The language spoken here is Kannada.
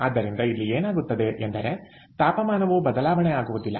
ಆದ್ದರಿಂದ ಇಲ್ಲಿ ಏನಾಗುತ್ತದೆ ಎಂದರೆ ತಾಪಮಾನವು ಬದಲಾವಣೆ ಆಗುವುದಿಲ್ಲ